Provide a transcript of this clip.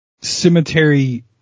cemetery